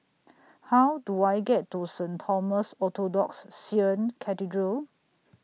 How Do I get to Saint Thomas Orthodox Syrian Cathedral